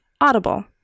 Audible